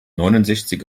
neunundsechzig